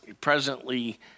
presently